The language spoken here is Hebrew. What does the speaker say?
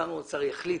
שר האוצר יחליט